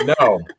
No